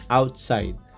outside